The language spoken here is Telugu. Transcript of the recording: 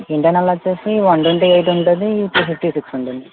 ఇంటర్నల్ వచ్చేసి వన్ ట్వంటీ ఎయిట్ ఉంటుంది టూ ఫిఫ్టీ సిక్స్ ఉంటుంది